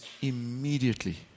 immediately